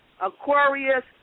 Aquarius